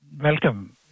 Welcome